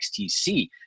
XTC